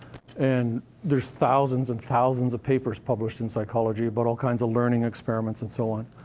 and there's thousands and thousands of papers published in psychology about all kinds of learning experiments and so on.